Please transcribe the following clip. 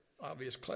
obvious